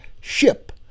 SHIP